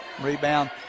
Rebound